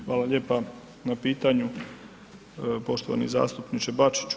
Hvala lijepa na pitanju poštovani zastupniče Bačiću.